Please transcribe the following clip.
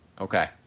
Okay